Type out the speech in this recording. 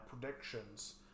predictions